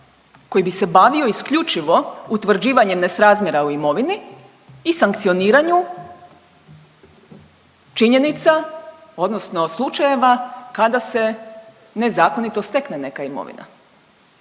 koji bi se bavio isključivo utvrđivanjem nesrazmjera u imovini i sankcioniranju činjenica odnosno slučajeva kada se nezakonito stekne neka imovina.